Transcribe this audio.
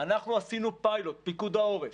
אנחנו עשינו פיילוט, פיקוד העורף,